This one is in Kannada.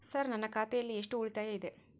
ಸರ್ ನನ್ನ ಖಾತೆಯಲ್ಲಿ ಎಷ್ಟು ಉಳಿತಾಯ ಇದೆ?